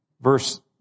Verse